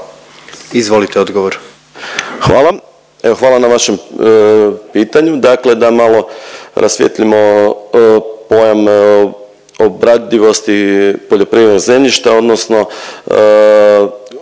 Hvala. Evo, hvala na vašem pitanju. Dakle da malo rasvijetlimo pojam obradivosti poljoprivrednog zemljišta, odnosno